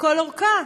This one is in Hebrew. לכל אורכה.